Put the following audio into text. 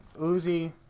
Uzi